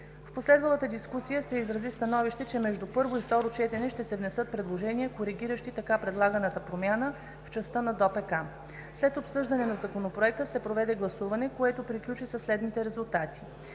В последвалата дискусия се изрази становище, че между първо и второ четене ще се внесат предложения, коригиращи така предлаганата промяна в частта на ДОПК. След обсъждане на Законопроекта се проведе гласуване, което приключи със следните резултати: